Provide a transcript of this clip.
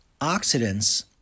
oxidants